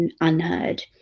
unheard